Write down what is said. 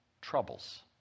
troubles